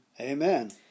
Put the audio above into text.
Amen